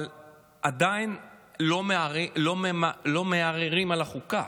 אבל עדיין לא מערערים על החוקה.